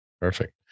Perfect